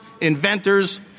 inventors